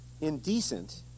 indecent